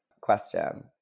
question